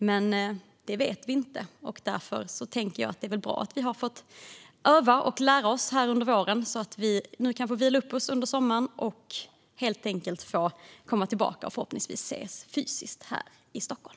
Men det vet vi inte, och därför tänker jag att det väl är bra att vi fått öva och lära oss här under våren så att vi kan vila upp oss under sommaren och sedan komma tillbaka och förhoppningsvis få ses fysiskt här i Stockholm.